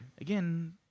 again